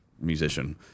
musician